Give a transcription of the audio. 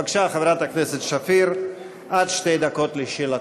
בבקשה, חברת הכנסת שפיר, עד שתי דקות לשאלתך.